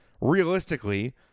realistically